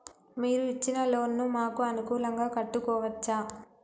మీరు ఇచ్చిన లోన్ ను మాకు అనుకూలంగా కట్టుకోవచ్చా?